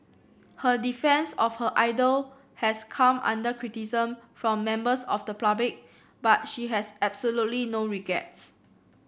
her defence of her idol has come under criticism from members of the public but she has absolutely no regrets